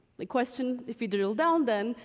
the question, if you drill down, then,